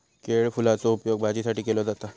केळफुलाचो उपयोग भाजीसाठी केलो जाता